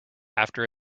after